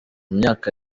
myaka